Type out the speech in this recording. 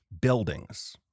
buildings